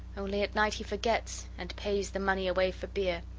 only at night he forgets, and pays the money away for beer.